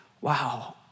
wow